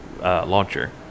launcher